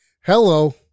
hello